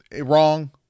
wrong